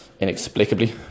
Inexplicably